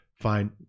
fine